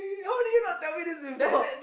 how did you not tell me this before